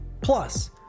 Plus